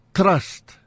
trust